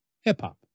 hip-hop